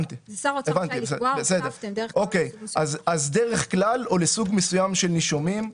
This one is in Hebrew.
מקריא: "שר האוצר רשאי לקבוע דרך כלל או לסוג מסוים של נישומים".